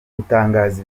gutangaza